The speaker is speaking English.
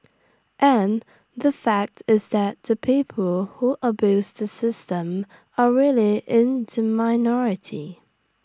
and the fact is that the people who abuse the system are really in the minority